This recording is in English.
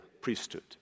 priesthood